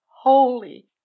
holy